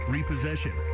Repossession